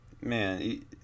man